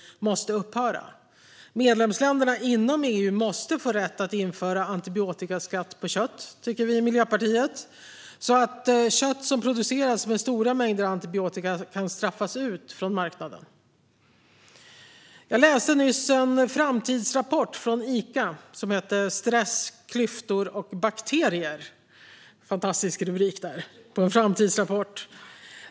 Vi i Miljöpartiet tycker att medlemsländerna inom EU måste få rätt att införa antibiotikaskatt på kött så att kött som produceras med stora mängder antibiotika kan straffas ut från marknaden. Jag läste nyligen en framtidsrapport från Ica som heter Klyftor, stress och bakterier . Det är en fantastisk titel på en framtidsrapport.